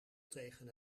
tegen